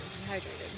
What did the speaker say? dehydrated